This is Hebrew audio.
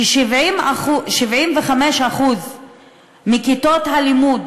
ש-75% מכיתות הלימוד